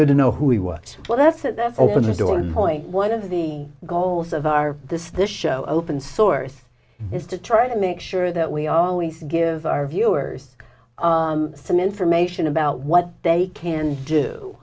good to know who he was well that's open the door is point one of the goals of our this this show open source is to try to make sure that we are always give our viewers some information about what they can do